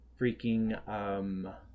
freaking